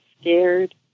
scared